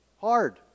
hard